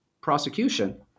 prosecution